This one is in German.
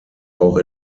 auch